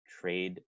trade